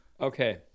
Okay